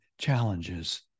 challenges